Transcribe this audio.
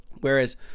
whereas